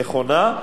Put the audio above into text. נכונה,